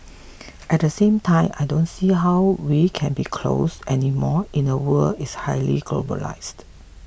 at the same time I don't see how we can be closed anymore in a world is highly globalized